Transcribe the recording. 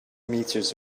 meters